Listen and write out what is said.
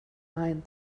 mind